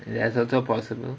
that's also possible